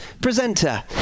presenter